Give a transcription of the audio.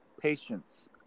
patience